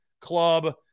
Club